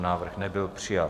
Návrh nebyl přijat.